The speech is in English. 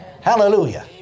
Hallelujah